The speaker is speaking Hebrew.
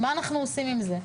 מה אנחנו עושים את זה?